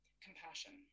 compassion